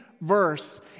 verse